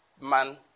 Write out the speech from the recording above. man